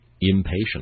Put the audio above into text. impatient